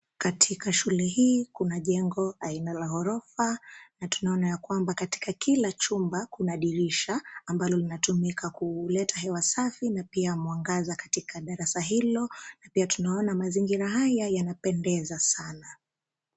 Katika shule hii kuna jengo aina la ghorofa na tunaona kuwa katika kila chumba kuna dirisha ambalo linatumika kuleta hewa safi na pia mwangaza katika darasa hilo na pia tunaona mazingira haya yanapendeza sana.